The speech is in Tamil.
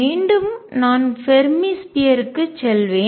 மீண்டும் நான் ஃபெர்மி ஸ்பியர் ற்கு கோளத்திற்கு செல்வேன்